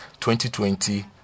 2020